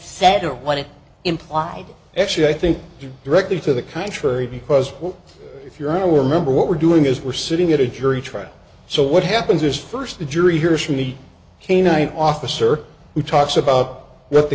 said when it implied actually i think directly to the contrary because if you are remember what we're doing is we're sitting at a jury trial so what happens is first the jury hears from the canine officer who talks about what the